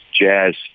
jazz